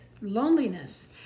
Loneliness